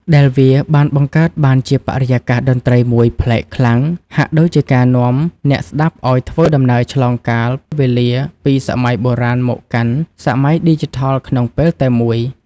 ដែលវាបានបង្កើតបានជាបរិយាកាសតន្ត្រីមួយប្លែកខ្លាំង ហាក់ដូចជាការនាំអ្នកស្តាប់ឱ្យធ្វើដំណើរឆ្លងកាលវេលាពីសម័យបុរាណមកកាន់សម័យឌីជីថលក្នុងពេលតែមួយ។